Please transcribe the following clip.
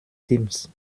teams